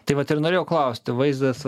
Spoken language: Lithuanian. tai vat ir norėjau klausti vaizdas